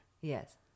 Yes